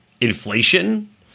inflation